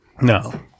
No